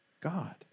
God